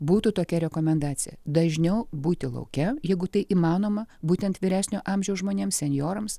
būtų tokia rekomendacija dažniau būti lauke jeigu tai įmanoma būtent vyresnio amžiaus žmonėms senjorams